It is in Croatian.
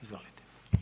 Izvolite.